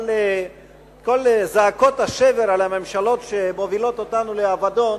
אבל כל זעקות השבר על הממשלות שמובילות אותנו לאבדון,